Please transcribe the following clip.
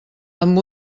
amb